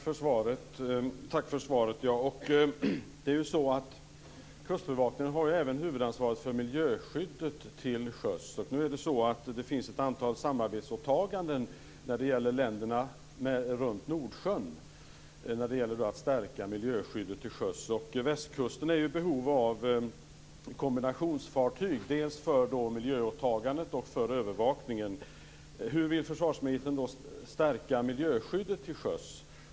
Fru talman! Tack för svaret! Kustbevakningen har ju även huvudansvaret för miljöskyddet till sjöss. Vi har ett antal samarbetsåtaganden i förhållande till länderna runt Nordsjön för att stärka miljöskyddet till sjöss. Västkusten är i behov av kombinationsfartyg för miljöåtagandet och för övervakningen. Hur vill försvarsministern stärka miljöskyddet till sjöss?